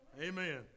Amen